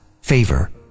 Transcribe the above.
favor